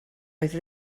oedd